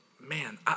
man